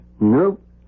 Nope